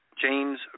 James